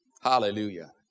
Hallelujah